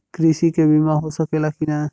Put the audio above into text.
कृषि के बिमा हो सकला की ना?